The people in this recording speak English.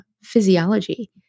physiology